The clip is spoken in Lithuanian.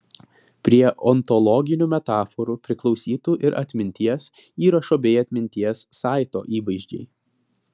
prie ontologinių metaforų priklausytų ir atminties įrašo bei atminties saito įvaizdžiai